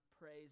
praise